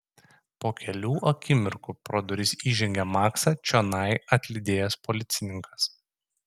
po kelių akimirkų pro duris įžengė maksą čionai atlydėjęs policininkas